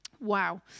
wow